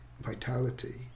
vitality